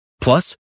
Plus